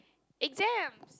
exams